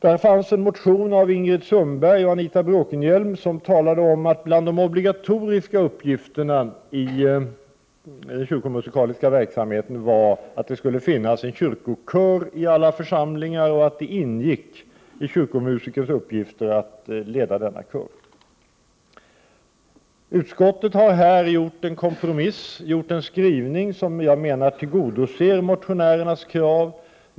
Det finns en motion av Ingrid Sundberg och Anita Bråkenhielm, vari yrkas att bland de obligatoriska uppgifterna i den kyrkomusikaliska verksamheten skall ingå att det finns en kyrkokör i alla församlingar och att det ingår i kyrkomusikerns uppgifter att leda denna kör. Man har i utskottet här gjort en skrivning som är en kompromiss och som jag menar tillgodoser motionärernas krav.